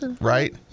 Right